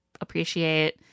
appreciate